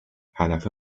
هدف